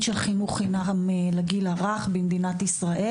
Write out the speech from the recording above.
של חינוך חינם לגיל הרך במדינת ישראל,